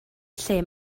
lle